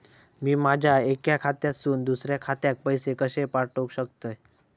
मी माझ्या एक्या खात्यासून दुसऱ्या खात्यात पैसे कशे पाठउक शकतय?